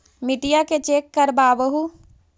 मिट्टीया के चेक करबाबहू?